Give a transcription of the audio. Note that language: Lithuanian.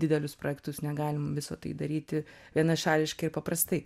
didelius projektus negalim viso to daryti vienašališkai ir paprastai